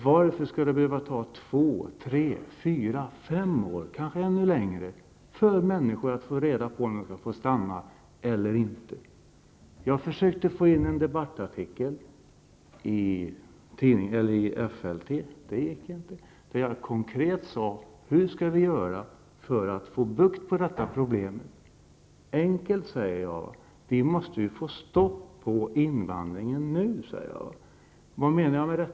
Varför skall det behöva ta två, tre, fyra eller fem år, kanske ännu längre, för människor att få reda på om de skall få stanna eller inte? Jag har försökt att få in en debattartikel i FLT. Det gick inte. Det gällde en konkret fråga, nämligen hur vi skall göra för att få bukt med detta problem. Jag säger att det är enkelt. Vi måste få stopp på invandringen nu. Vad menar jag med det?